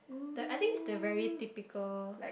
the I think it's the very typical